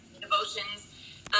devotions